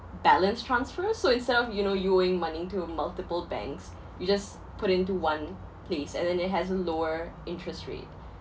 balance transfer so instead of you know you owing money to multiple banks you just put into one place and then it has a lower interest rate